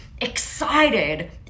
excited